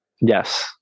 Yes